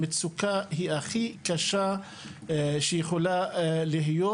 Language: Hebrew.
המצוקה היא הכי קשה שיכולה להיות,